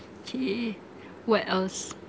K what else